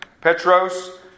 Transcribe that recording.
Petros